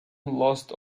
lost